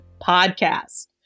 Podcast